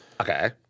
Okay